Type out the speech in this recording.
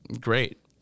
Great